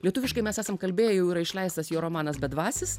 lietuviškai mes esam kalbėję jau yra išleistas jo romanas bedvasis